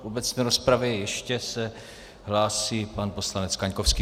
V obecné rozpravě ještě se hlásí pan poslanec Kaňkovský.